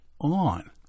on